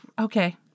okay